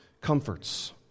comforts